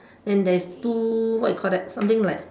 and there is two what you call that something like